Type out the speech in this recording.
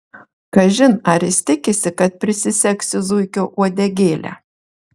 kažin ar jis tikisi kad prisisegsiu zuikio uodegėlę